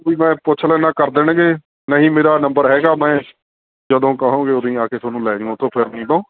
ਵੀ ਮੈਂ ਪੁੱਛ ਲੈਂਦਾ ਕਰ ਦੇਣਗੇ ਨਹੀਂ ਮੇਰਾ ਨੰਬਰ ਹੈਗਾ ਮੈਂ ਜਦੋਂ ਕਹੋਂਗੇ ਉਦੋਂ ਹੀ ਆ ਕੇ ਤੁਹਾਨੂੰ ਲੈ ਜੂ ਉੱਥੋਂ ਫਿਰਨੀ ਤੋਂ